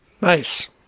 Nice